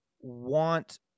want